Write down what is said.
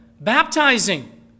Baptizing